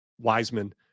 Wiseman